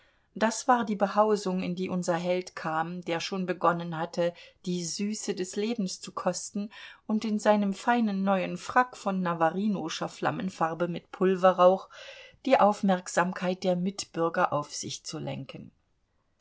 das war die behausung in die unser held kam der schon begonnen hatte die süße des lebens zu kosten und in seinem feinen neuen frack von navarinoscher flammenfarbe mit pulverrauch die aufmerksamkeit der mitbürger auf sich zu lenken